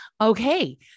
Okay